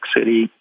City